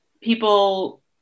people